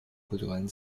kulturellen